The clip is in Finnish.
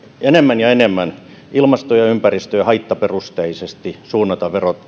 enemmän ja enemmän ilmasto ja ympäristöhaittaperusteisesti suunnata